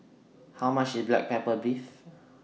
How much IS Black Pepper Beef